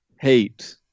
hate